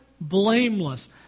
blameless